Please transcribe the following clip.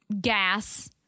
gas